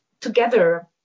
together